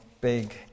big